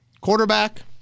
Quarterback